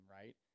right